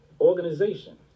Organization